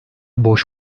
boş